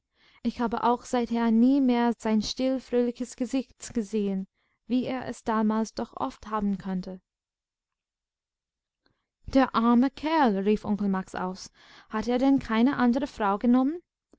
ich habe auch seither nie mehr sein still fröhliches gesicht gesehen wie er es damals doch oft haben konnte der arme kerl rief onkel max aus hat er denn keine andere frau genommen